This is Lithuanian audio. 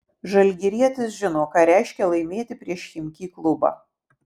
žalgirietis žino ką reiškia laimėti prieš chimki klubą